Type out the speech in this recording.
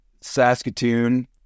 Saskatoon